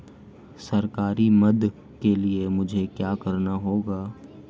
सरकारी मदद के लिए मुझे क्या करना होगा?